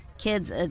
kids